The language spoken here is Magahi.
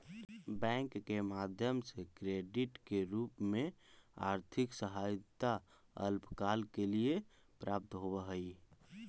बैंक के माध्यम से क्रेडिट के रूप में आर्थिक सहायता अल्पकाल के लिए प्राप्त होवऽ हई